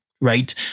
right